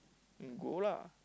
you go lah